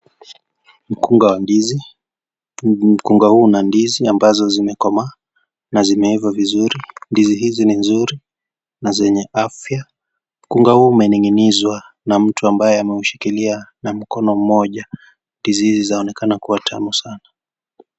Mkunga wa ndizi, mkunga huu una ndizi ambazo zimekomaa na zimeiva vizuri, ndizi hizi ni nzuri na zenye afya. Mkunga huu umeninginizwa na mtu ambaye ameushikilia na mkono mmoja, ndizi hizi zinaonekana kuwa tamu sana.